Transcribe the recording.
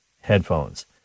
headphones